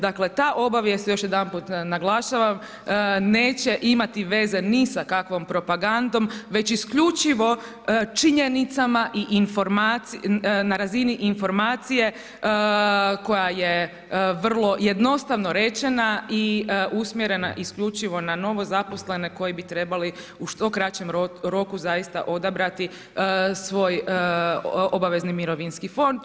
Dakle ta obavijest, još jedanput naglašavam neće imati veze ni sa kakvom propagandom već isključivo činjenicama i informacijama, na razini informacije koja je vrlo jednostavno rečena i usmjerena isključivo na novozaposlene koji bi trebali u što kraćem roku zaista odabrati svoj obavezni mirovinski fond.